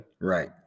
Right